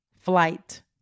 flight